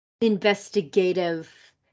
investigative